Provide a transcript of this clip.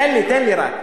תן לי, תן לי רק.